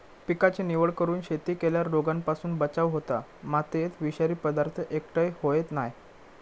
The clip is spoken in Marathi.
पिकाची निवड करून शेती केल्यार रोगांपासून बचाव होता, मातयेत विषारी पदार्थ एकटय होयत नाय